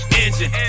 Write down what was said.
engine